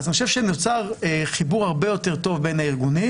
אני חושב שנוצר חיבור הרבה יותר טוב בין הארגונים